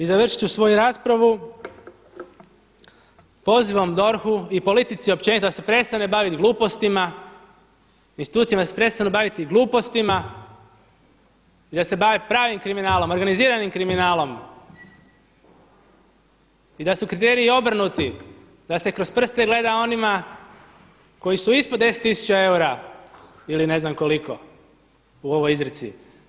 I završit ću svoju raspravu pozivom DORH-u i politici općenito da se prestane baviti glupostima, institucijama da se prestanu baviti glupostima i da se bave pravim kriminalom, organiziranim kriminalom i da su kriteriji obrnuti da se kroz prste gleda onima koji su ispod 10 tisuća eura ili ne znam koliko u ovoj izreci.